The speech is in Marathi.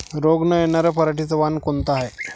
रोग न येनार पराटीचं वान कोनतं हाये?